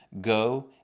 Go